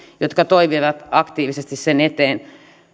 jotka toimivat aktiivisesti sen eteen